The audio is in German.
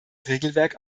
regelwerk